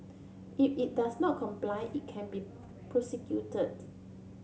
if it does not comply it can be prosecuted